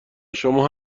شما